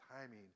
timing